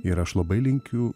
ir aš labai linkiu